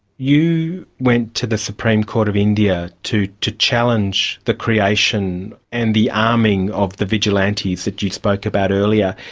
you went to the supreme court of india to to challenge the creation and the arming of the vigilantes that you spoke about earlier.